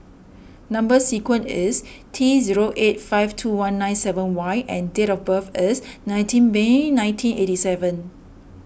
Number Sequence is T zero eight five two one nine seven Y and date of birth is nineteen May nineteen eighty seven